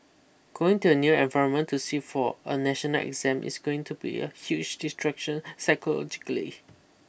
going to a new environment to sit for a national exam is going to be a huge distraction psychologically